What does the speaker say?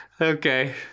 okay